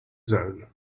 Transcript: zone